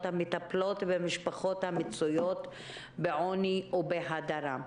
המטפלות במשפחות המצויות בעוני ובהדרה.